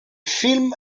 film